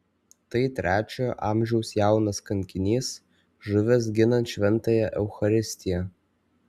tai trečiojo amžiaus jaunas kankinys žuvęs ginant šventąją eucharistiją